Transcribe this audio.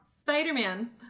Spider-Man